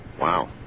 Wow